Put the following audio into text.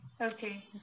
Okay